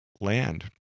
land